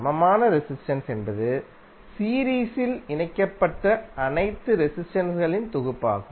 சமமான ரெசிஸ்டென்ஸ் என்பது சீரீஸில் இணைக்கப்பட்ட அனைத்து ரெசிஸ்டென்ஸ் களின் தொகுப்பாகும்